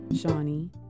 shawnee